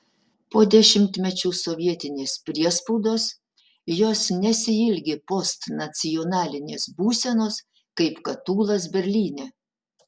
po dešimtmečių sovietinės priespaudos jos nesiilgi postnacionalinės būsenos kaip kad tūlas berlyne